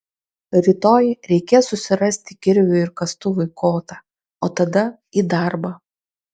rytoj reikės susirasti kirviui ir kastuvui kotą o tada į darbą